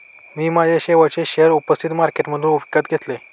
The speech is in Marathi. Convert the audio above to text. मी माझे शेवटचे शेअर उपस्थित मार्केटमधून विकत घेतले